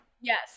yes